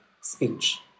speech